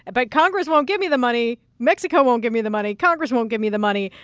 but congress won't give me the money. mexico won't give me the money. congress won't give me the money.